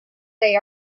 they